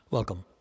Welcome